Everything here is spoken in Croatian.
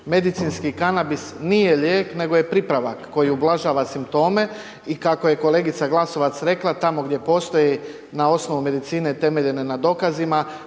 Medicinski kanabis nije lijek nego je pripravak koji ublažava simptome i kako je kolegica Glasovac rekla, tamo gdje postoji na osnovu medicine temeljene na dokazima,